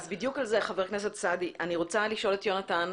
בדיוק על זה אני רוצה לשאול את יונתן